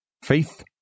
Faith